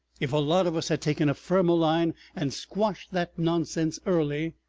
if a lot of us had taken a firmer line and squashed that nonsense early.